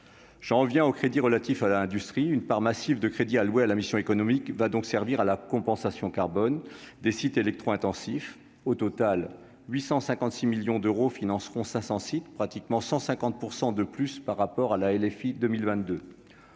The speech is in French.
j'en reviens aux crédits relatifs à la industrie une part massive de crédits alloués à la mission économique va donc servir à la compensation carbone des sites électro-intensifs au total 856 millions d'euros financeront 500 sites pratiquement 150 pour 100 de plus par rapport à la et les